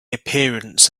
appearance